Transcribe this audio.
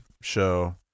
show